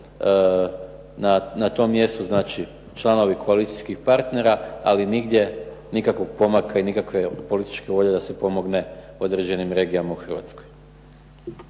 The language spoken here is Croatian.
na tom mjestu članovi koalicijskih partnera, ali nigdje nikakvog pomaka i nikakve političke volje da se pomogne određenim regijama u Hrvatskoj.